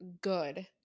good